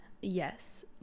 yes